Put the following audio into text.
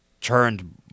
turned